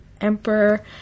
Emperor